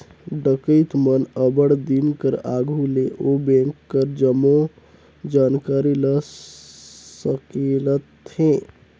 डकइत मन अब्बड़ दिन कर आघु ले ओ बेंक कर जम्मो जानकारी ल संकेलथें